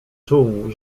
czuł